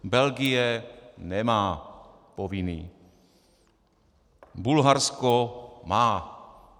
Belgie nemá povinný, Bulharsko má.